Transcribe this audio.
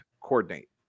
coordinate